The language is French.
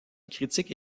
critique